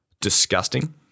disgusting